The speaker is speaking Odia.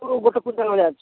ହଁ ଗୋଟେ କୁଇଣ୍ଟାଲ ଭଳିଆ ଅଛି